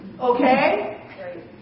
Okay